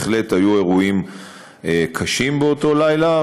בהחלט היו אירועים קשים באותו לילה,